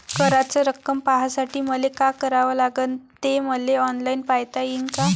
कराच रक्कम पाहासाठी मले का करावं लागन, ते मले ऑनलाईन पायता येईन का?